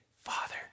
Father